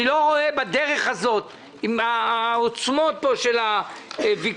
אני לא רואה בדרך הזאת עם העוצמות פה של הוויכוח,